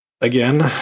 Again